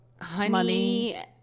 honey